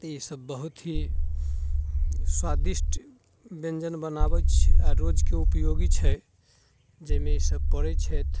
तऽ ई सभ बहुत ही स्वादिष्ट व्यञ्जन बनाबैत छी आ रोजके उपयोगी छै जाहिमे ई सभ पड़ैत छथि